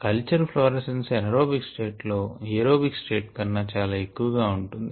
culture fluorescence anaerobic state లో aerobic state కన్నా చాలా ఎక్కువ గా ఉంటుంది